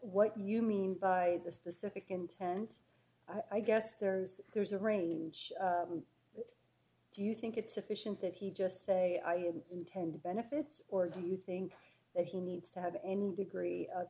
what you mean by the specific intent i guess there's there's a range do you think it's sufficient that he just say i had intended benefits or do you think that he needs to have any degree of